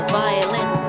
violin